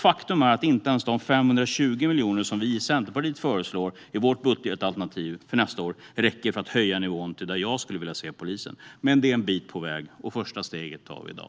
Faktum är att inte ens de 520 miljoner som vi i Centerpartiet föreslår i vårt budgetalternativ för nästa år räcker för att höja nivån till där jag skulle vilja se polisen. Men det är en bit på vägen, och första steget tar vi i dag.